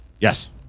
Yes